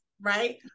right